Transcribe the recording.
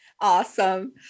awesome